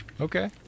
Okay